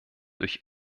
durch